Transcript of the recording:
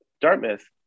Dartmouth